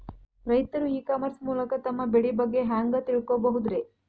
ರೈತರು e commerce ಮೂಲಕ ತಮ್ಮ ಬೆಳಿ ಬಗ್ಗೆ ಹ್ಯಾಂಗ ತಿಳ್ಕೊಬಹುದ್ರೇ?